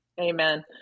Amen